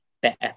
better